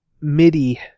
MIDI